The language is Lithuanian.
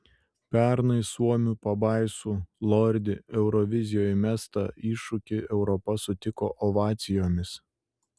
pernai suomių pabaisų lordi eurovizijai mestą iššūkį europa sutiko ovacijomis